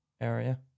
area